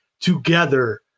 together